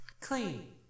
Clean